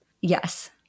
Yes